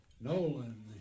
Nolan